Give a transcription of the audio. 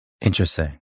Interesting